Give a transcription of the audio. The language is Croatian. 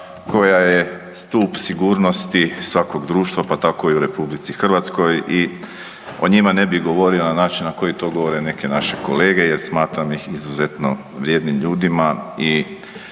koja je stup sigurnosti svakog društva pa tako i u Republici Hrvatskoj i o njima ne bi govorio na način na koji to govore neke naše kolege, jer smatram ih izuzetno vrijednim ljudima i